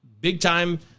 Big-time